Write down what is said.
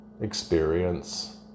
experience